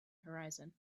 horizon